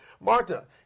Marta